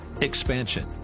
Expansion